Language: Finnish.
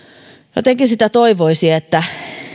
jotenkin sitä toivoisi että